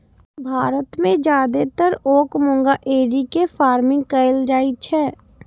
भारत मे जादेतर ओक मूंगा एरी के फार्मिंग कैल जाइ छै